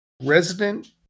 Resident